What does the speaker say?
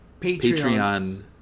Patreon